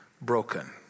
broken